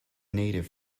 native